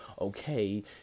okay